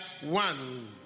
one